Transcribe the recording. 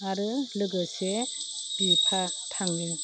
आरो लोगोसे बिफा थाङो